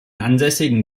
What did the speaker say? ansässigen